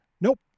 Nope